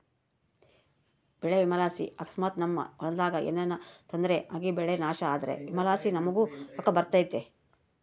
ಬೆಳೆ ವಿಮೆಲಾಸಿ ಅಕಸ್ಮಾತ್ ನಮ್ ಹೊಲದಾಗ ಏನನ ತೊಂದ್ರೆ ಆಗಿಬೆಳೆ ನಾಶ ಆದ್ರ ವಿಮೆಲಾಸಿ ನಮುಗ್ ರೊಕ್ಕ ಬರ್ತತೆ